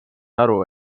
aru